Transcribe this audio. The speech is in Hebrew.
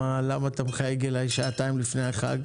למה אתה מחייג אליי שעתיים לפני החג?